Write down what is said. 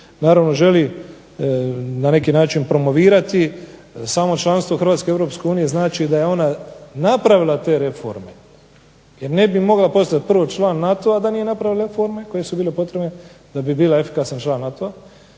naravno želi na neki način promovirati, samo članstvo Hrvatske u Europskoj uniji znači da je ona napravila te reforme, jer ne bi mogla postati prvo član NATO-a da nije napravila reforme koje su bile potrebne, da bi bila efikasan član NATO-a,